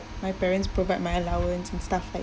my parents provide my allowance and stuff like